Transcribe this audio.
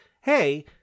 hey